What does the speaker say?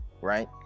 right